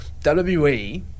WWE